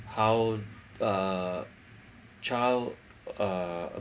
how uh child uh